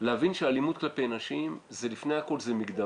להבין שאלימות כלפי נשים זה מגדרי,